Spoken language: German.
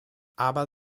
aber